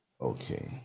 okay